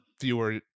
fewer